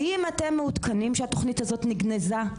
האם אתם מעודכנים שהתוכנית הזו נגנזה?